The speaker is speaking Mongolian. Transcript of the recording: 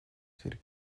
тэр